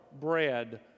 bread